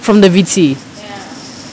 from the vitsy